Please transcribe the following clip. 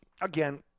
again